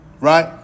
Right